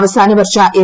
അവസാന വർഷ എം